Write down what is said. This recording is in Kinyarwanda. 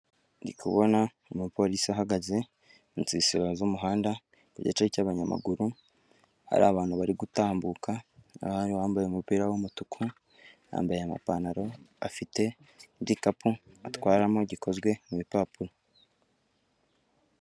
Ndi kubona umupolisi ahagaze mu nsisiro z'umuhanda ku gice cy'abanyamaguru, hari abantu bari gutambuka abandi bambaye umupira w'umutuku yambaye amapantaro afite n'igikapu atwaramo gikozwe mu rupapuro.